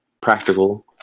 practical